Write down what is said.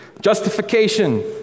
Justification